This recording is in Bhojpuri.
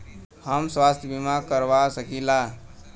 हम स्वास्थ्य बीमा करवा सकी ला?